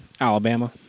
Alabama